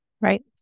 Right